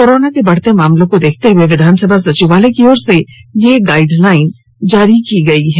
corona के बढ़ते मामलों को देखते हुए विधानसभा सचिवालय की ओर से यह गाईडलाइन जारी की गई है